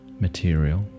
material